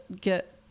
get